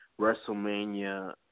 WrestleMania